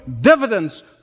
dividends